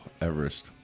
Everest